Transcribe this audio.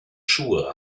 schuhe